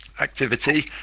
activity